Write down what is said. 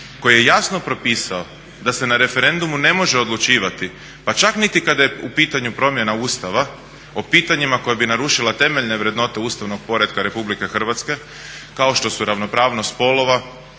koje je jasno propisao da se na referendumu ne može odlučivati pa čak niti kada je u pitanju promjena Ustava o pitanjima koja bi narušila temeljne vrednote ustavnog poretka RH kao što su ravnopravnost spolova,